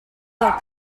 del